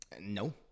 No